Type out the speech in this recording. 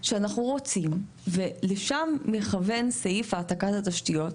שאנחנו רוצים, ולשם מכוון סעיף העתקת התשתיות,